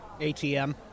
ATM